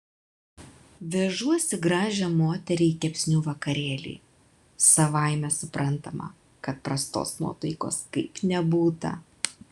vežuosi gražią moterį į kepsnių vakarėlį savaime suprantama kad prastos nuotaikos kaip nebūta